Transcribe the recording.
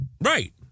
Right